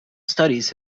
studies